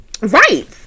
Right